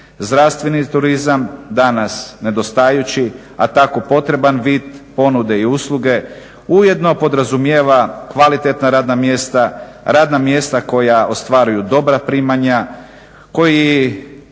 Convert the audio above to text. Zdravstveni turizam danas nedostajući, a tako potreban vid ponude i usluge ujedno podrazumijeva kvalitetna radna mjesta, radna mjesta koja ostvaruju dobra primanja, koji